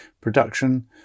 production